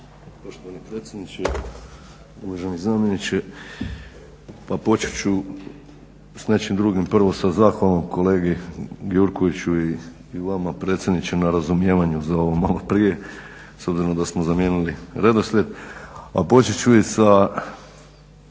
Poštovani predsjedniče, uvaženi zamjeniče. Pa počet ću s nečim drugim, prvo sa zahvalom kolegi Gjurkoviću i vama predsjedniče na razumijevanju za ovo maloprije, s obzirom da smo zamijenili redoslijed, a počet ću i sa,